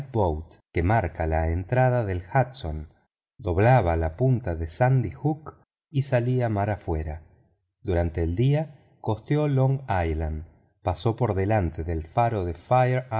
que marca la entrada del hudson doblaba la punta de sandy hook y salía mar afuera durante el día costeó long island pasó por delante del faro de fire